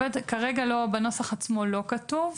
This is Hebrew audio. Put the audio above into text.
כרגע בנוסח עצמו זה לא כתוב.